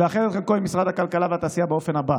ולאחד את חלקו עם משרד הכלכלה והתעשייה באופן הבא: